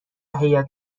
هیات